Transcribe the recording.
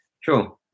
sure